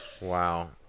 Wow